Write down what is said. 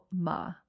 Ma